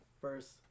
first